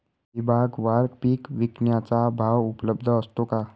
विभागवार पीक विकण्याचा भाव उपलब्ध असतो का?